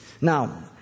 Now